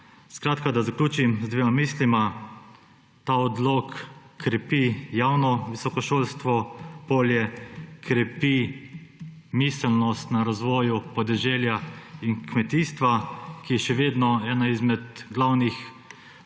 Naj zaključim z dvema mislima. Ta odlok krepi javno visokošolstvo polje, krepi miselnost na razvoju podeželja in kmetijstva, ki je še vedno ena izmed glavnih